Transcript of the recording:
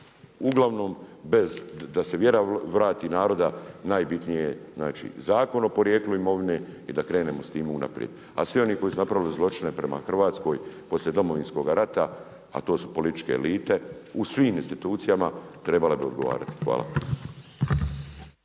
uglavnom bez da se vjera vrati naroda, najbitnija je Zakon o porijeklu imovine i da krenemo s tim unaprijed, a svi oni koji su napravili zločine prema Hrvatskoj poslije Domovinskog rata, a to su političke elite, u svim institucijama trebale bi odgovarati. Hvala.